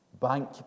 bank